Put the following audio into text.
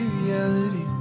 reality